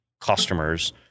customers